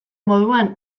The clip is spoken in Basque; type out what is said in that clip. moduan